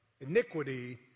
iniquity